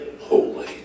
holy